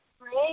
great